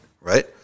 right